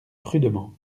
prudemment